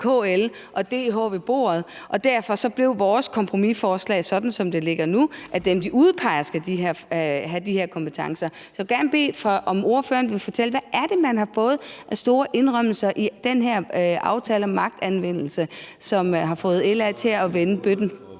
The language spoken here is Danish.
KL og DH med ved bordet, og derfor blev vores kompromisforslag sådan, som der ligger nu, altså at dem, de udpeger, skal have de her kompetencer. Så jeg vil gerne bede ordføreren om at fortælle, hvad for store indrømmelser det er man har fået i den her aftale om magtanvendelse, som har fået LA til at vende bøtten.